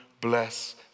Bless